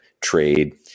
trade